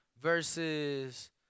versus